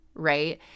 Right